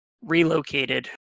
relocated